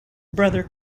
brother